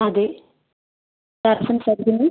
അതെ ആരാണ് സംസാരിക്കുന്നത്